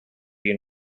you